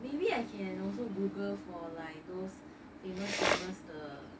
maybe I can also google for like those famous famous 的